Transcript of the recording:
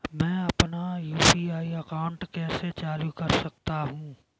मैं अपना UPI account कैसे चालू कर सकता हूँ?